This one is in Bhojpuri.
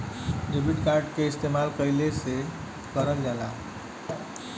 डेबिट कार्ड के इस्तेमाल कइसे करल जाला?